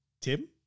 Tim